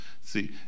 See